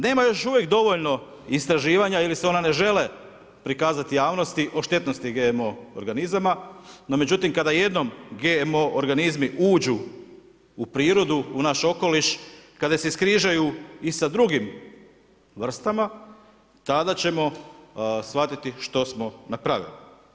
Nema još uvijek dovoljno istraživanja ili se ona ne žele prikazati javnosti o štetnosti GMO organizama, no međutim kada jednom GMO organizmi uđu u prirodu, u naš okoliš, kada se iskrižaju i sa drugim vrstama, tada ćemo shvatiti što smo napravili.